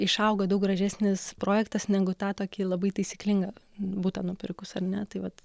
išauga daug gražesnis projektas negu tą tokį labai taisyklingą butą nupirkus ar ne tai vat